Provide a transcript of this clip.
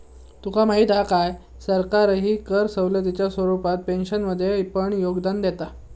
तुका माहीत हा काय, सरकारही कर सवलतीच्या स्वरूपात पेन्शनमध्ये पण योगदान देता